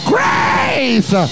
Grace